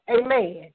amen